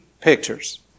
pictures